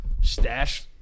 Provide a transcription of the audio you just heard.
stash